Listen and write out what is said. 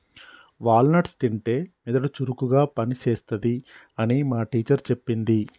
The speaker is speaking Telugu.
వాల్ నట్స్ తింటే మెదడు చురుకుగా పని చేస్తది అని మా టీచర్ చెప్పింది